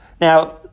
Now